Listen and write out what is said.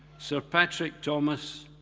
sir patrick thomas,